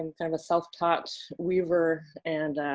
i'm kind of a self-taught weaver. and